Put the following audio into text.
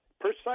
Precise